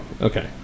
Okay